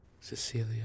Cecilia